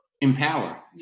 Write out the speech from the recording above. empower